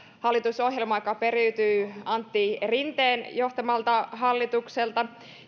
hallitusohjelmaa joka periytyy antti rinteen johtamalta hallitukselta